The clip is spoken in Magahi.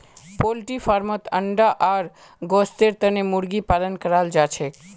पोल्ट्री फार्मत अंडा आर गोस्तेर तने मुर्गी पालन कराल जाछेक